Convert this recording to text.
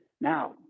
Now